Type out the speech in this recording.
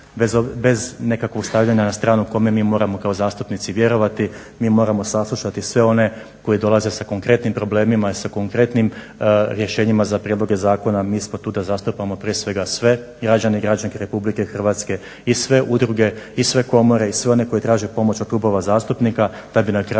bez nekakvog stavljanja na stranu kome mi moramo kao zastupnici vjerovati, mi moramo saslušati sve one koji dolaze sa konkretnim problemima i sa konkretnim rješenjima za prijedloge zakona. Mi smo tu da zastupamo prije svega sve građane i građanke Republike Hrvatske i sve udruge i sve komore i sve one koji traže pomoć od klubova zastupnika da bi na kraju